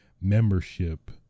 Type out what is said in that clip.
membership